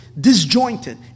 disjointed